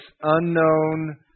unknown